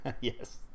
Yes